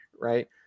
Right